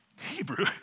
Hebrew